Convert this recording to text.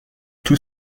tout